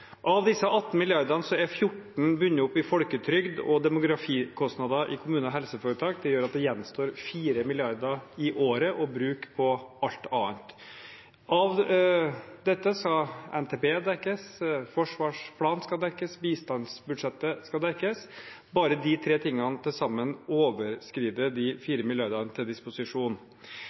Av disse 18 mrd. kr er 14 mrd. kr bundet opp i folketrygden og demografikostnader i kommuner og helseforetak. Det gjør at det gjenstår 4 mrd. kr i året å bruke på alt annet. Av dette skal NTP dekkes, forsvarsplanen skal dekkes, bistandsbudsjettet skal dekkes – bare de tre tingene til sammen overskrider de 4 mrd. kr som er til disposisjon.